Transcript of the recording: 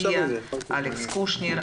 אלכס קושניר,